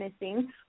missing